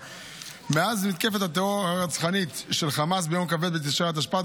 מאז מתקפת הטרור הרצחנית של חמאס ביום כ"ב בתשרי התשפ"ד,